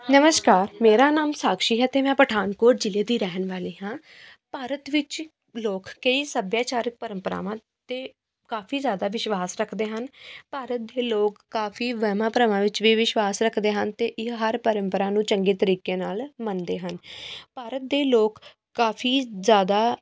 ਨਮਸਕਾਰ ਮੇਰਾ ਨਾਮ ਸਾਕਸ਼ੀ ਹੈ ਅਤੇ ਮੈਂ ਪਠਾਨਕੋਟ ਜ਼ਿਲ੍ਹੇ ਦੀ ਰਹਿਣ ਵਾਲੀ ਹਾਂ ਭਾਰਤ ਵਿੱਚ ਲੋਕ ਕਈ ਸੱਭਿਆਚਾਰਕ ਪਰੰਪਰਾਵਾਂ 'ਤੇ ਕਾਫ਼ੀ ਜ਼ਿਆਦਾ ਵਿਸ਼ਵਾਸ ਰੱਖਦੇ ਹਨ ਭਾਰਤ ਦੇ ਲੋਕ ਕਾਫ਼ੀ ਵਹਿਮਾਂ ਭਰਮਾਂ ਵਿੱਚ ਵੀ ਵਿਸ਼ਵਾਸ ਰੱਖਦੇ ਹਨ ਅਤੇ ਇਹ ਹਰ ਪਰੰਪਰਾ ਨੂੰ ਚੰਗੇ ਤਰੀਕੇ ਨਾਲ ਮੰਨਦੇ ਹਨ ਭਾਰਤ ਦੇ ਲੋਕ ਕਾਫ਼ੀ ਜ਼ਿਆਦਾ